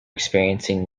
experiencing